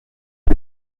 les